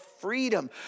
freedom